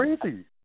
crazy